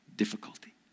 difficulty